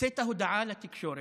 הוצאת הודעה לתקשורת.